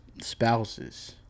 spouses